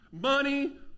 money